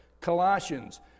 Colossians